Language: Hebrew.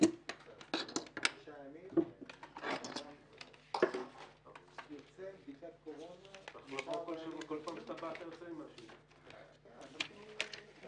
בשעה 10:55.